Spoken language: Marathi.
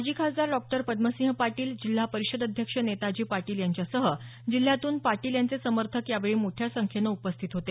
माजी खासदार डॉ पद्मसिंह पाटील जिल्हा परिषद अध्यक्ष नेताजी पाटील यांच्यासह जिल्ह्यातून पाटील यांचे समर्थक यावेळी मोठ्या संख्येने उपस्थित होते